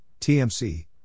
TMC